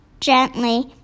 gently